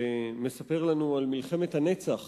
שמספר לנו על מלחמת הנצח